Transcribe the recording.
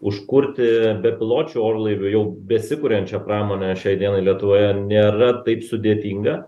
užkurti bepiločių orlaivių jau besikuriančią pramonę šiai dienai lietuvoje nėra taip sudėtinga